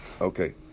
Okay